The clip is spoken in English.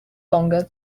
longer